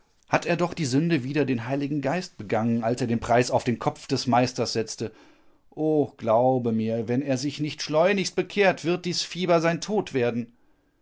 hat er doch die sünde wider den heiligen geist begangen als er den preis auf den kopf des meisters setzte o glaube mir wenn er sich nicht schleunigst bekehrt wird dies fieber sein tod werden